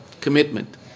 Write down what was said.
commitment